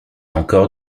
encore